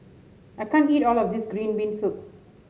I can't eat all of this Green Bean Soup